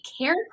Care